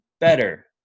better